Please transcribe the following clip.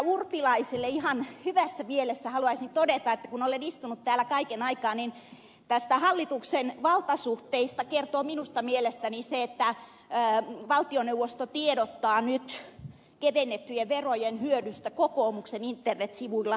urpilaiselle ihan hyvässä mielessä haluaisin todeta että kun olen istunut täällä kaiken aikaa niin näistä hallituksen valtasuhteista kertoo minusta mielestäni se että valtioneuvosto tiedottaa nyt kevennettyjen verojen hyödystä kokoomuksen internetsivuilla